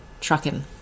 trucking